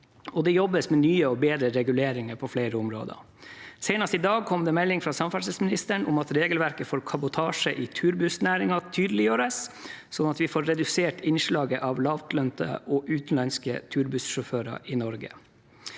det jobbes med nye og bedre reguleringer på flere områder. Senest i dag kom det melding fra samferdselsministeren om at regelverket for kabotasje i turbussnæringen tydeliggjøres, slik at vi får redusert innslaget av lavtlønnede og utenlandske turbussjåfører i Norge.